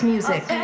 music